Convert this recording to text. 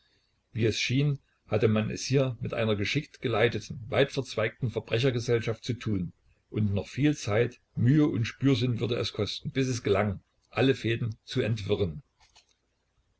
wie es schien hatte man es hier mit einer geschickt geleiteten weitverzweigten verbrechergesellschaft zu tun und noch viel zeit mühe und spürsinn würde es kosten bis es gelang alle fäden zu entwirren